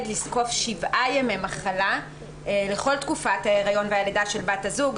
לזקוף שבעה ימי מחלה לכל תקופת ההיריון והלידה של בת הזוג,